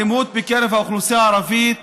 האלימות בקרב האוכלוסייה הערבית